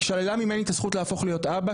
שללה ממני את הזכות להפוך להיות אבא,